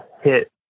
hit